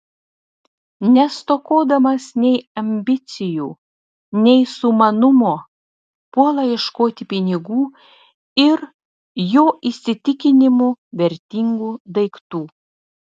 nestokodamas nei ambicijų nei sumanumo puola ieškoti pinigų ir jo įsitikinimu vertingų daiktų